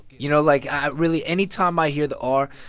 you know? like, i really, any time i hear the r,